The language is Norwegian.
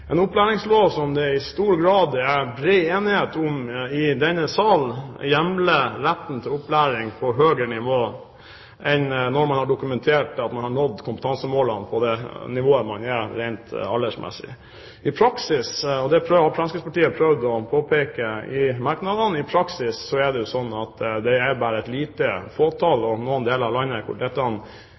En opplæringslov som det i stor grad er bred enighet om i denne salen, hjemler retten til opplæring på et høyere nivå når man har dokumentert at man har nådd kompetansemålene for det nivået man er på rent aldersmessig. I praksis er det sånn – noe Fremskrittspartiet har prøvd å påpeke i merknadene – at det er